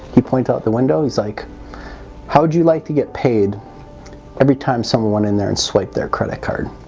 he points out the window is like how would you like to get paid every time someone in there and swiped their credit card?